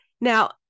Now